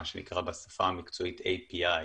מה שנקרא בשפה המקצועית API,